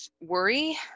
worry